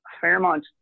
Fairmont